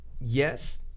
Yes